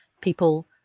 people